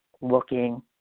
looking